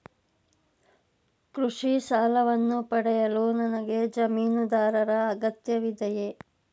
ಕೃಷಿ ಸಾಲವನ್ನು ಪಡೆಯಲು ನನಗೆ ಜಮೀನುದಾರರ ಅಗತ್ಯವಿದೆಯೇ?